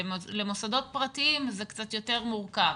למוסדות פרטיים זה קצת יותר מורכב.